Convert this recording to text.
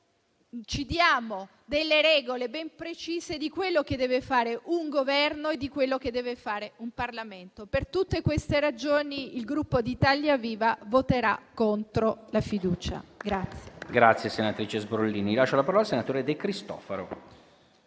ci diamo delle regole ben precise su quello che deve fare un Governo e su quello che deve fare un Parlamento. Per tutte queste ragioni, il Gruppo Italia Viva voterà contro la fiducia.